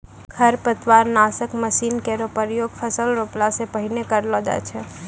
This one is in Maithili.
खरपतवार नासक मसीन केरो प्रयोग फसल रोपला सें पहिने करलो जाय छै